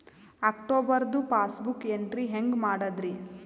ಅಕ್ಟೋಬರ್ದು passbook entry ಹೆಂಗ್ ಮಾಡದ್ರಿ?